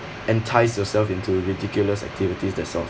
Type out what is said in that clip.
entice yourself into ridiculous activities that sort of